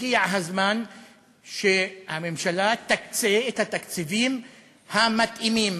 הגיע הזמן שהממשלה תקצה את התקציבים המתאימים.